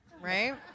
right